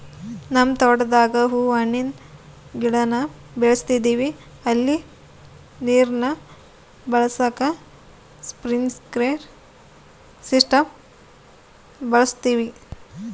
ನಮ್ ತೋಟುದಾಗ ಹೂವು ಹಣ್ಣಿನ್ ಗಿಡಾನ ಬೆಳುಸ್ತದಿವಿ ಅಲ್ಲಿ ನೀರ್ನ ಒದಗಿಸಾಕ ಸ್ಪ್ರಿನ್ಕ್ಲೆರ್ ಸಿಸ್ಟಮ್ನ ಬಳುಸ್ತೀವಿ